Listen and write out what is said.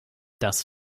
das